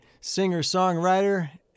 singer-songwriter